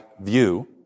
view